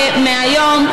היום,